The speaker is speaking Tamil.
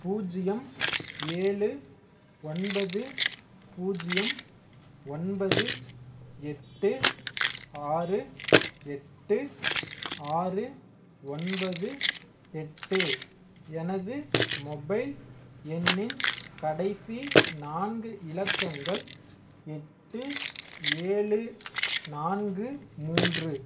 பூஜ்ஜியம் ஏழு ஒன்பது பூஜ்ஜியம் ஒன்பது எட்டு ஆறு எட்டு ஆறு ஒன்பது எட்டு எனது மொபைல் எண்ணின் கடைசி நான்கு இலக்கங்கள் எட்டு ஏழு நான்கு மூன்று